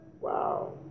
Wow